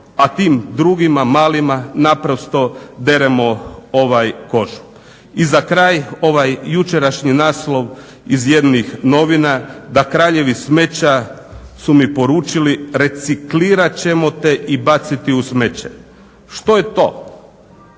a tim drugima, malima naprosto deremo ovaj kožu. I za kraj, ovaj jučerašnji naslov iz jednih novina "Da kraljevi smeća su mi poručili reciklirat ćemo te i baciti u smeće." Što je to,